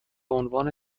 عنوان